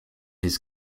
his